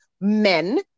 men